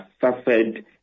suffered